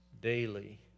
daily